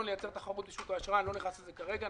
לייצר תחרות בשוק האשראי ואני לא נכנס לזה כרגע.